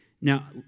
Now